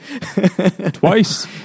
Twice